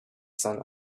sun